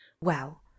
Well